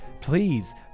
please